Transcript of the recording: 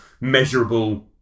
measurable